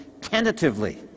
tentatively